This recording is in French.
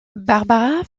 barbara